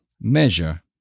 measure